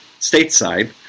stateside